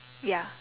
ya